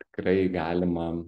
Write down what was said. tikrai galima